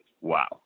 wow